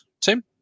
Tim